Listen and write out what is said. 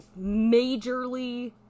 majorly